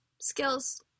skills